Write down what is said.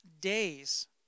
days